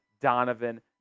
Donovan